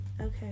Okay